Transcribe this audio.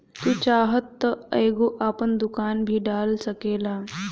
तू चाहत तअ एगो आपन दुकान भी डाल सकेला